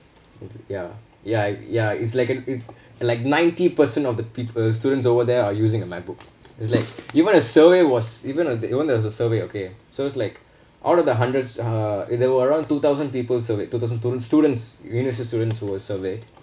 ya ya ya it's like a it's like ninety percent of the people students over there are using a macbook is like even a survey was even even if there was a survey okay so it's like out of the hundreds uh there were around two thousand people surveyed two thousand stu~ students university students who were survey